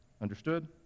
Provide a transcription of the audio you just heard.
Understood